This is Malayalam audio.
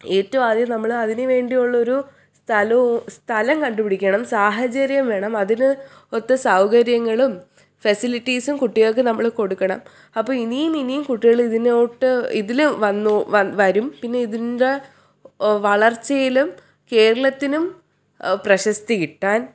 ഏറ്റവുമാദ്യം നമ്മൾ അതിനുവേണ്ടിയുള്ളൊരു സ്ഥലവും സ്ഥലം കണ്ടുപിടിക്കണം സാഹചര്യം വേണം അതിന് ഒത്ത സൗകര്യങ്ങളും ഫെസിലിറ്റീസും കുട്ടികൾക്ക് നമ്മൾ കൊടുക്കണം അപ്പോൾ ഇനിയും ഇനിയും കുട്ടികൾ ഇതിലോട്ട് ഇതില് വന്നോളും വരും പിന്നെ ഇതിൻ്റെ വളർച്ചയിലും കേരളത്തിനും പ്രശസ്തി കിട്ടാൻ